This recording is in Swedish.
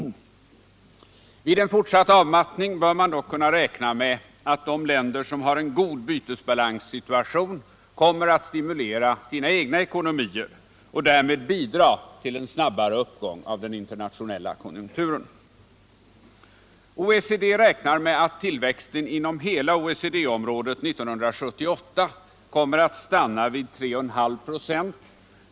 Vid en fortsatt avmattning bör man dock kunna räkna med att de länder som har en god bytesbalanssituation kommer att stimulera sina egna ekonomier och därmed bidra till en snabbare uppgång av den internationella konjunkturen. OECD räknar med att tillväxten inom hela OECD-området 1978 kommer att stanna vid 3 1/2 ”,.